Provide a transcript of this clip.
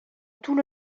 tout